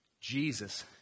Jesus